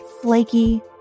Flaky